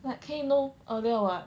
but 可以 know earlier [what]